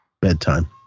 bedtime